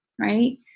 right